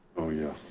oh yeah.